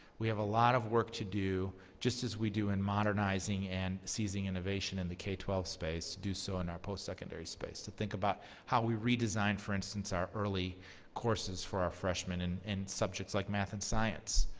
we have a lot of work to do just as we do in modernizing and seizing innovation in the k twelve space do so in our post secondary space, to think about how we redesign, for instance, our early courses for our freshman and in subjects like math and science.